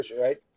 right